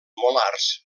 molars